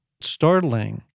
startling